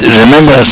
remember